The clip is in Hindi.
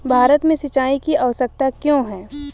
भारत में सिंचाई की आवश्यकता क्यों है?